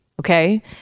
Okay